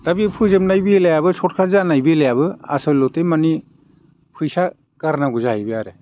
दा बे फोजोबनाय बेलायाबो सर्टखाट जानाय बेलायाबो आसलथे माने फैसा गारनांगौ जाहैबाय आरो